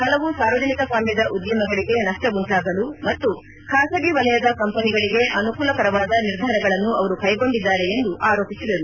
ಪಲವು ಸಾರ್ವಜನಿಕ ಸ್ವಾಮ್ಥದ ಉದ್ದಿಮೆಗಳು ನಷ್ಟವುಂಟಾಗಲು ಮತ್ತು ಬಾಸಗಿ ವಲಯದ ಕಂಪೆನಿಗಳಿಗೆ ಅನುಕೂಲಕರವಾದ ನಿರ್ಧಾರಗಳನ್ನು ಅವರು ಕೈಗೊಂಡಿದ್ದಾರೆ ಎಂದು ಆರೋಪಿಸಿದರು